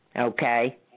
Okay